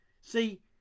See